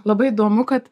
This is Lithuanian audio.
labai įdomu kad